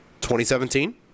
2017